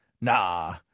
Nah